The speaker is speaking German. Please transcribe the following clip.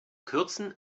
kürzen